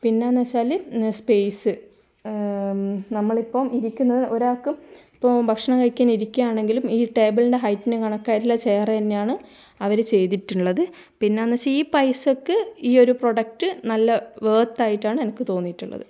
പിന്നെയെന്നുവെച്ചാൽ space നമ്മളിപ്പോൾ ഇരിക്കുന്ന ഒരാൾക്കും ഇപ്പോൾ ഭക്ഷണം കഴിക്കാൻ ഇരിക്കുകയാണെങ്കിലും ഈ ടേബിളിൻ്റെ ഹൈറ്റിനു കണക്കായിട്ടുള്ള ചെയർ തന്നെയാണ് അവർ ചെയ്തിട്ടുള്ളത് പിന്നെയെന്നുവെച്ചാൽ ഈ പൈസക്ക് ഈ ഒരു പ്രൊഡക്റ്റ് നല്ല വർത്തായിട്ടാണ് എനിക്ക് തോന്നിയിട്ടുള്ളത്